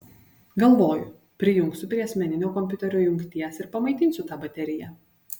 galvoju prijungsiu prie asmeninio kompiuterio jungties ir pamaitinsiu tą bateriją